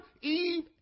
Eve